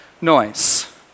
noise